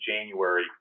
January